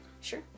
Sure